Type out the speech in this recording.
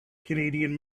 canadian